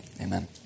amen